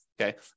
Okay